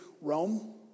Rome